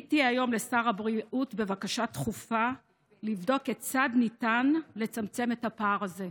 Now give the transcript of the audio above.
פניתי היום לשר הבריאות בבקשה דחופה לבדוק כיצד ניתן לצמצם את הפער הזה.